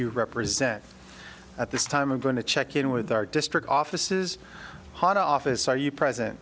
you represent at this time i'm going to check in with our district offices hon office are you present